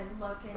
look